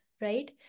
right